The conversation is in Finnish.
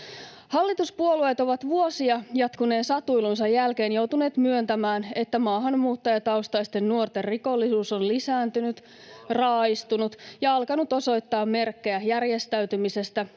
Hallituspuolueet ovat vuosia jatkuneen satuilunsa jälkeen joutuneet myöntämään, että maahanmuuttajataustaisten nuorten rikollisuus on lisääntynyt, raaistunut ja alkanut osoittaa merkkejä järjestäytymisestä